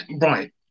right